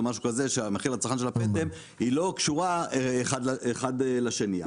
לא קשורים אחד לשני.